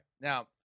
Now